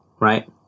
right